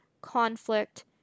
conflict